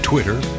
Twitter